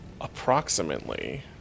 Approximately